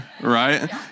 right